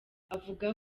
avuga